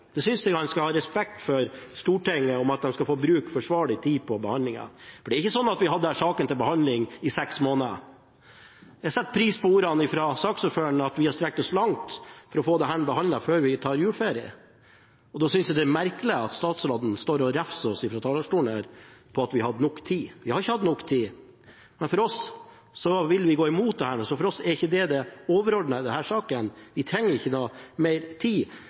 Jeg synes han skal ha respekt for at Stortinget skal få bruke forsvarlig tid på behandlingen, for det er ikke sånn at vi hadde denne saken til behandling i seks måneder. Jeg setter pris på ordene fra saksordføreren, at vi har strukket oss langt for å få dette behandlet før vi tar juleferie, og da synes jeg det er merkelig at statsråden står og refser oss fra talerstolen med at vi har hatt nok tid. Vi har ikke hatt nok tid. Men for oss som vil gå imot dette, er ikke det det overordnede i denne saken, vi trenger ikke mer tid.